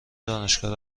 دانشگاه